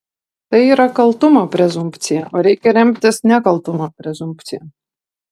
tai yra kaltumo prezumpcija o reikia remtis nekaltumo prezumpcija